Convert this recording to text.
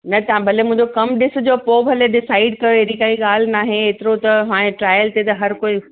न तव्हां भले मुंहिंजो कम ॾिसजो पोइ भले डिसाइड कयो अहिड़ी काई ॻाल्हि न आहे एतिरो त हाणे ट्रायल ते त हर कोई